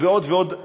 ועוד ועוד,